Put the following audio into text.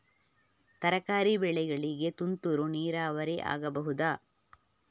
ತರಕಾರಿ ಬೆಳೆಗಳಿಗೆ ತುಂತುರು ನೀರಾವರಿ ಆಗಬಹುದಾ?